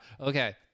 okay